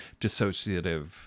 dissociative